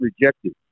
rejected